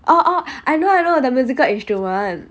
oh oh I know I know the musical instrument